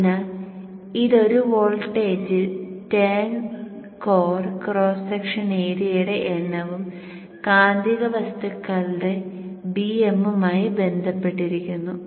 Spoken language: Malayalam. അതിനാൽ ഇത് ഒരു വോൾട്ടേജിൽ ടേൺ കോർ ക്രോസ് സെക്ഷൻ ഏരിയയുടെ എണ്ണവും കാന്തിക വസ്തുക്കളുടെ Bm മായി ബന്ധപ്പെട്ടിരിക്കുന്നു